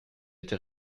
était